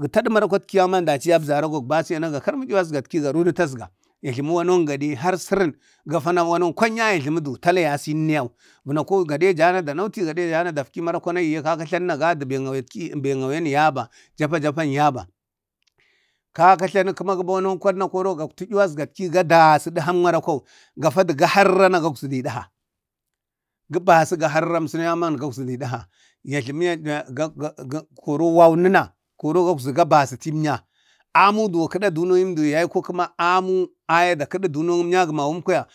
gataɗa marakwatki dachi yabzara go basa na wucen a karma 'yuwaskatki, abzak marakwan go basa biya siya manu har kəma kaŋ iwanən kwan yaye. vanakow gaɗe jana da nauti, gaɗe ye jana dakfi marakwan agiye gə tlana gabi beŋ awen ki yaba, japa japan yaba, kaka jlanu gama gubo iyan kwan hanu kəma wanon kwanma gakte yuwasgatki ga dasi suwek markwa gapadu harana gauzidi ɗaha gu basu ga haroronsunye gauzidakh ya jlmi ya jlmi awitətau tala, koro wauwuna koro gakzi ga bascim ya ga basi dəməmnya. Amu duwo kəda dunoniŋ ta kediduno emyanma kwaya, yauko kəma amu dakada dunory əmnyamayu kwaya.